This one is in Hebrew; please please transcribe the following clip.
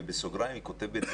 ובסוגריים היא כותבת,